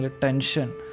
tension